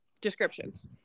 descriptions